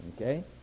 okay